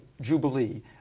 jubilee